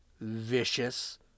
vicious